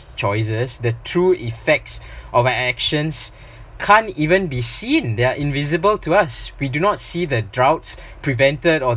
choices the true effects of our actions can't even be seen they're invisible to us we do not see the droughts prevented or